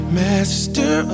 master